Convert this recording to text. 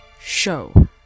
show